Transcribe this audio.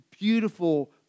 beautiful